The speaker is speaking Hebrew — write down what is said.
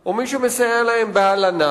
או מי שמסייע להם בהלנה,